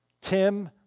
Tim